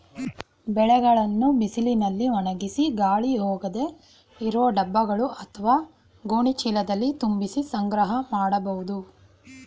ಬೆಳೆಗಳನ್ನು ಬಿಸಿಲಿನಲ್ಲಿ ಒಣಗಿಸಿ ಗಾಳಿ ಹೋಗದೇ ಇರೋ ಡಬ್ಬಗಳು ಅತ್ವ ಗೋಣಿ ಚೀಲದಲ್ಲಿ ತುಂಬಿಸಿ ಸಂಗ್ರಹ ಮಾಡ್ಬೋದು